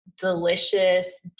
delicious